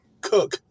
Cook